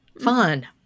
Fun